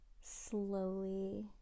slowly